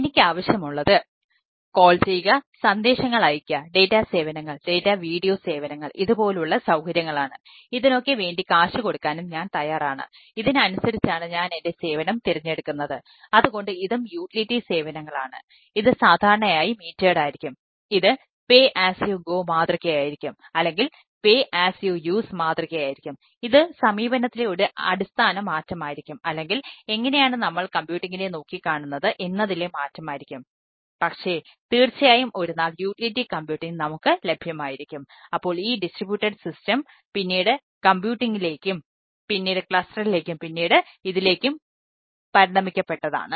എനിക്ക് ആവശ്യം ഉള്ളത് കോൾ പിന്നീട് ഇതിലേക്കും പണരിണമിക്കുകപെട്ടതാണ്